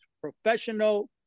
professional